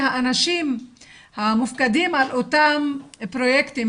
שהאנשים המופקדים על אותם פרויקטים,